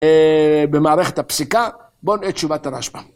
במערכת הפסיקה, בואו נראה תשובת הרשב"א.